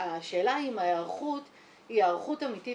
השאלה היא אם ההיערכות היא היערכות אמיתית